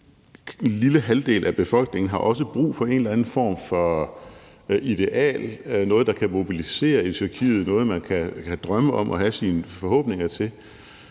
den lille halvdel af befolkningen har også brug for en eller anden form for ideal, noget, der kan mobilisere i Tyrkiet, og noget, man kan drømme om og have forhåbninger til.